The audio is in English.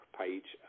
page